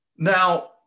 Now